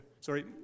Sorry